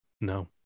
No